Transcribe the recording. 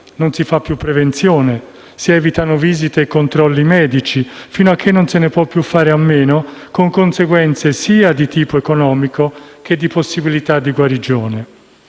non si fa più prevenzione e si evitano visite e controlli medici fino a che non se ne può più fare a meno, con conseguenze sia di tipo economico sia sulle possibilità di guarigione